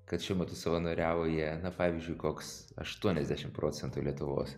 kad šiuo metu savanoriauja na pavyzdžiui koks aštuoniasdešim procentų lietuvos